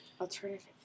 Alternative